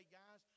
guys